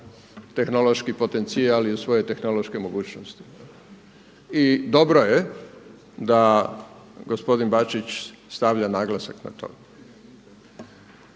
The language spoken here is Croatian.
tehnološki potencijal i u svoje tehnološke mogućnosti. I dobro je da gospodin Bačić stavlja naglasak na to.